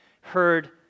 heard